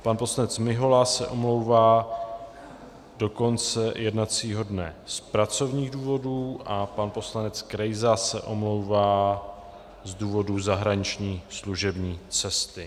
Pan poslanec Mihola se omlouvá do konce jednacího dne z pracovních důvodů a pan poslanec Krejza se omlouvá z důvodu zahraniční služební cesty.